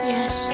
Yes